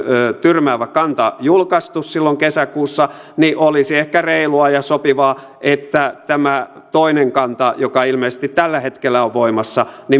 tyrmäävä kanta julkaistu silloin kesäkuussa reilua ja sopivaa että tämä toinen kanta joka ilmeisesti tällä hetkellä on voimassa